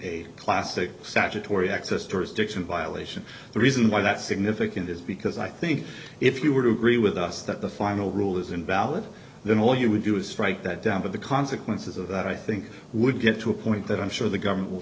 a classic sacha torrie access to his diction violation the reason why that's significant is because i think if you were to agree with us that the final rule is invalid then all you would do is write that down but the consequences of that i think would get to a point that i'm sure the government will